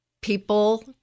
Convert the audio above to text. people